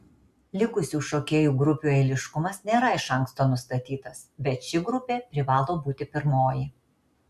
likusių šokėjų grupių eiliškumas nėra iš anksto nustatytas bet ši grupė privalo būti pirmoji